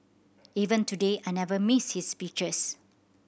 even today I never miss his speeches